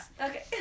Okay